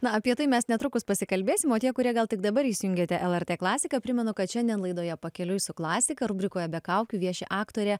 na apie tai mes netrukus pasikalbėsim o tie kurie gal tik dabar įsijungėte lrt klasiką primenu kad šiandien laidoje pakeliui su klasika rubrikoje be kaukių vieši aktorė